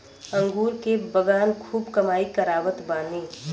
अंगूर के बगान खूब कमाई करावत बाने